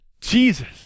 Jesus